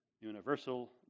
universal